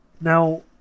Now